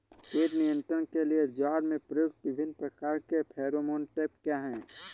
कीट नियंत्रण के लिए ज्वार में प्रयुक्त विभिन्न प्रकार के फेरोमोन ट्रैप क्या है?